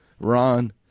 Ron